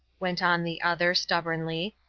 went on the other, stubbornly,